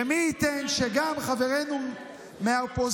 ומי ייתן שגם חברינו מהאופוזיציה,